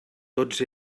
tots